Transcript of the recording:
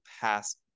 past